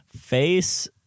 face